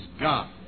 God